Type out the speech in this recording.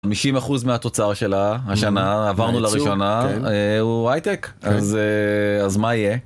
50% מהתוצר של השנה עברנו לראשונה הוא הייטק אז מה יהיה?